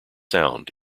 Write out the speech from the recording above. sound